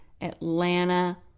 Atlanta